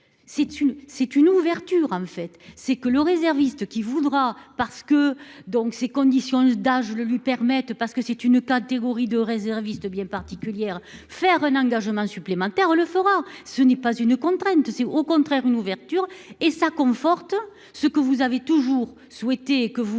c'est une ouverture en fait c'est que le réserviste qui voudra parce que donc ces conditions d'âge le lui permettent. Parce que c'est une catégorie de réservistes bien particulière. Faire un engagement supplémentaire, on le fera. Ce n'est pas une contrainte, c'est au contraire une ouverture et ça conforte ce que vous avez toujours souhaité que vous